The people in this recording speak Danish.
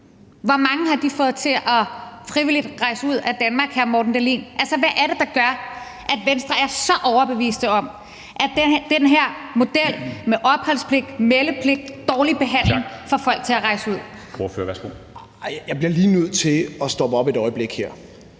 dårlige, fået til frivilligt at rejse ud af Danmark, hr. Morten Dahlin? Altså, hvad er det, der gør, at Venstre er så overbeviste om, at den her model med opholdspligt, meldepligt og dårlig behandling får folk til at rejse ud? Kl. 13:32 Formanden (Henrik Dam